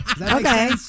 okay